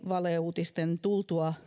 valeuutisten tultua